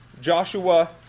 Joshua